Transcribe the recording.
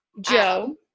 Joe